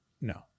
No